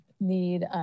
need